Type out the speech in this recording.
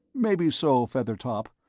maybe so, feathertop,